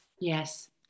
Yes